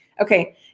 Okay